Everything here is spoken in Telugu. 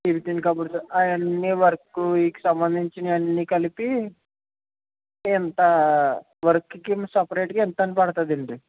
చిన్ని చిన్ని కబోర్డ్స్ అవన్నీ వర్కు వీటికి సంబంధించినవి అన్నీ కలిపి ఇంత వర్క్ కి సపరేటు గా ఇంతని పడుతుందండి